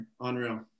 Unreal